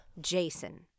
Jason